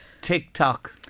TikTok